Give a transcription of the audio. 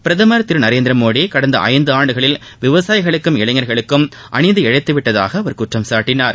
பிரதமர் திரு நரேந்திரமோடி கடந்த ஐந்தாண்டுகளில் விவசாயிகளுக்கும் இளைஞர்களுக்கும் அநீதி இழைத்து விட்டதாக அவர் குற்றம் சாட்டினார்